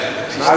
אולי אתה טועה?